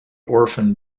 orphan